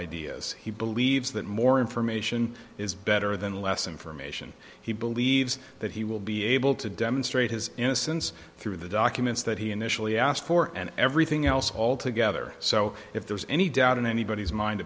ideas he believes that more information is better than less information he believes that he will be able to demonstrate his innocence through the documents that he initially asked for and everything else all together so if there's any doubt in anybody's mind